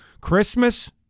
Christmas